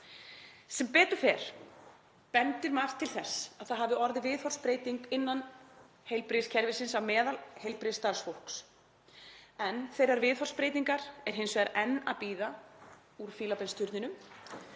Sem betur fer bendir margt til þess að orðið hafi viðhorfsbreyting innan heilbrigðiskerfisins meðal heilbrigðisstarfsfólks. En þeirrar viðhorfsbreytingar er hins vegar enn að bíða úr fílabeinsturninum,